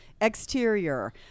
exterior